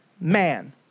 man